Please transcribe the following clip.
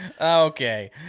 okay